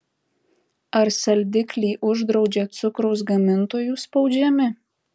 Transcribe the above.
ar saldiklį uždraudžia cukraus gamintojų spaudžiami